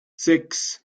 sechs